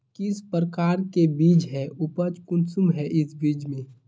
किस प्रकार के बीज है उपज कुंसम है इस बीज में?